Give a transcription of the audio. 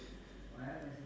<S<